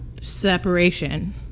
Separation